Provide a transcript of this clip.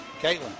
Caitlin